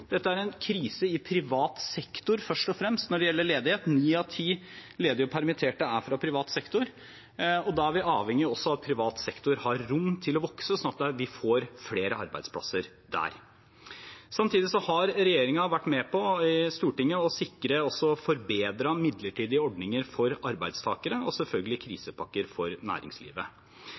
Dette er først og fremst en krise i privat sektor når det gjelder ledighet, ni av ti ledige og permitterte er fra privat sektor. Da er vi avhengig også av at privat sektor har rom til å vokse sånn at vi får flere arbeidsplasser der. Samtidig har regjeringen vært med på i Stortinget å sikre og forbedre midlertidige ordninger for arbeidstakere og selvfølgelig krisepakker for næringslivet.